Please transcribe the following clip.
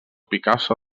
picasso